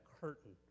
curtain